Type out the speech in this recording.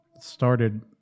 started